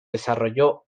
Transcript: desarrolló